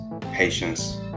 patience